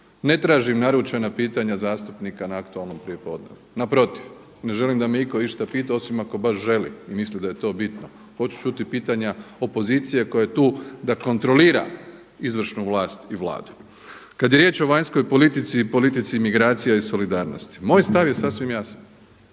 ne tražim naručena pitanja zastupnika na aktualnom prijepodnevu, naprotiv ne želim da me itko išta pita osim ako baš želi i misli da je to bitno. Hoću ćuti pitanja opozicije koja je tu da kontrolira izvršnu vlast i Vladu. Kad je riječ o vanjskoj politici i politici migracije i solidarnosti moj stav je sasvim jasan.